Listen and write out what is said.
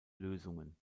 lösungen